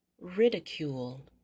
Ridicule